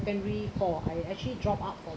secondary four I actually drop out from